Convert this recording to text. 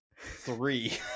three